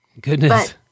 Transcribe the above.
Goodness